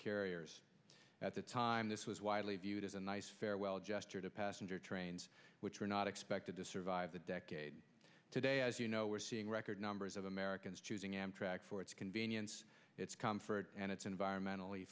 carrier at the time this was widely viewed as a nice farewell gesture to passenger trains which were not expected to survive the decade today as you know we're seeing record numbers of americans choosing amtrak for its convenience its comfort and its environmentally